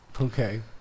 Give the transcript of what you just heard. Okay